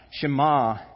Shema